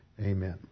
Amen